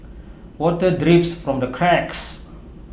water drips from the cracks